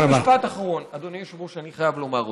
משפט אחרון, אדוני היושב-ראש, אני חייב לומר: